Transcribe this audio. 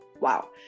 Wow